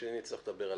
עם השני נצטרך לדבר.